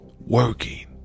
working